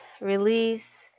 release